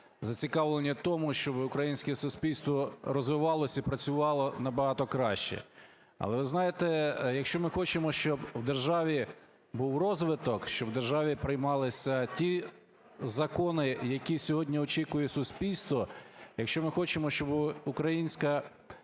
зацікавлені в тому, щоб українське суспільство розвивалося і працювало набагато краще. Але, ви знаєте, якщо ми хочемо, щоб в державі був розвиток, щоб в державі приймалися ті закони, які сьогодні очікує суспільство, якщо ми хочемо, щоб Україна